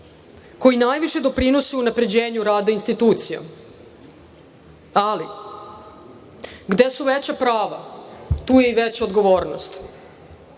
koji najviše doprinose unapređenju rada institucija, ali gde su veća prava tu je i veća odgovornost. Rukovodioci